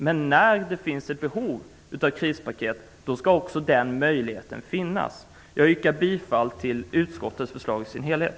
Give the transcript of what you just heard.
Men när det finns ett behov av krispaket skall den möjligheten också finnas. Jag yrkar bifall till utskottets hemställan i dess helhet.